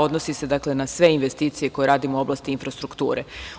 Odnosi se na sve investicije koje radimo u oblasti infrastrukture.